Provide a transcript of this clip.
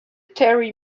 terry